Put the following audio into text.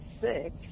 sick